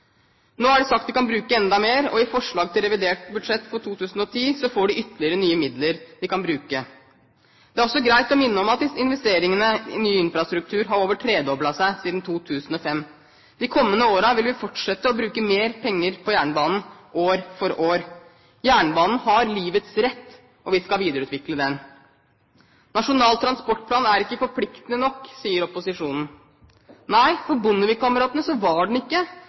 Nå er det sagt at de kan bruke enda mer, og i forslaget til revidert budsjett for 2010 får de ytterligere nye midler de kan bruke. Det er også greit å minne om at investeringene i ny infrastruktur har over tredoblet seg siden 2005. De kommende årene vil vi fortsette å bruke mer penger på jernbanen år for år. Jernbanen har livets rett, og vi skal videreutvikle den. Nasjonal transportplan er ikke forpliktende nok, sier opposisjonen. Nei, for Bondevik-kameratene var den ikke